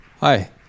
hi